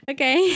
Okay